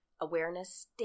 awareness